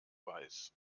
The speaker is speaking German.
weiß